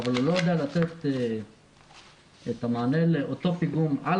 הוא לא יודע לתת את המענה לאותו פיגום על